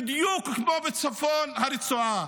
ובדיוק כמו בצפון הרצועה.